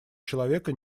человека